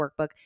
workbook